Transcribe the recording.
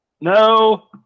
no